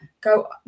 go